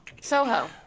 Soho